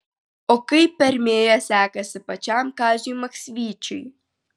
o kaip permėje sekasi pačiam kaziui maksvyčiui